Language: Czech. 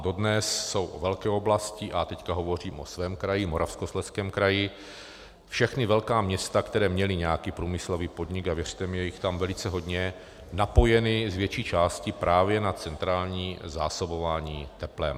A dodnes jsou velké oblasti, a teď hovořím o svém kraji, Moravskoslezském kraji, všechna velká města, která měla nějaký průmyslový podnik, a věřte mi, je jich tam velice hodně, napojena z větší části právě na centrální zásobování teplem.